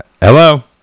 Hello